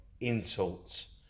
insults